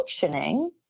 functioning